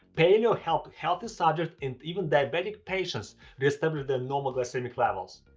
paleo helped healthy subjects and even diabetic patients reestablish their normal glycemic levels.